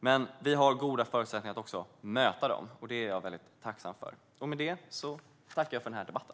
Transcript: Men vi har goda förutsättningar att möta dessa utmaningar, och det är jag väldigt tacksam för. Med detta tackar jag för den här debatten.